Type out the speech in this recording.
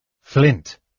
Flint